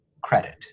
credit